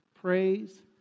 Praise